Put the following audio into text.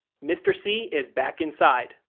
mr. c is back inside.